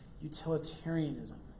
Utilitarianism